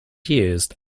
used